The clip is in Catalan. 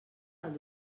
del